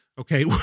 Okay